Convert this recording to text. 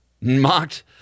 mocked